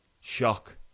shock